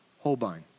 Holbein